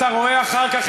אתה רואה אחר כך,